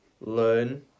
learn